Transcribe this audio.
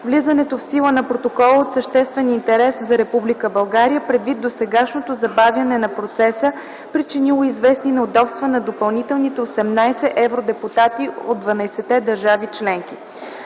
Влизането в сила на Протокола е от съществен интерес за Република България, предвид досегашното забавяне на процеса, причинило известни неудобства на допълнителните 18 евродепутати от 12-те държави членки.